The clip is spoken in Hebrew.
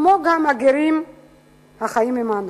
כמו גם של הגרים החיים עמנו.